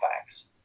facts